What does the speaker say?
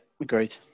agreed